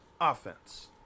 offense